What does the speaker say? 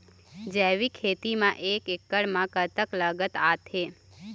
जैविक खेती म एक एकड़ म कतक लागत आथे?